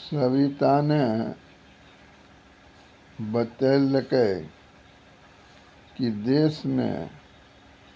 सविताने बतेलकै कि देश मे